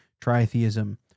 tri-theism